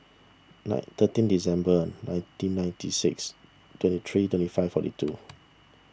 nine thirteen December nineteen ninety six twenty three twenty five forty two